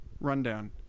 rundown